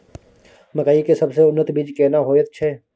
मकई के सबसे उन्नत बीज केना होयत छै?